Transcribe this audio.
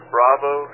Bravo